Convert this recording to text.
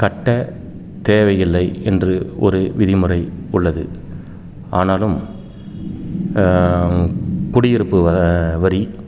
கட்ட தேவையில்லை என்று ஒரு விதிமுறை உள்ளது ஆனாலும் இந்த குடியிருப்பு வ வரி